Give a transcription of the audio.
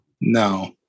No